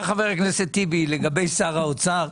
חבר הכנסת טיבי לגבי שר האוצר,